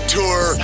tour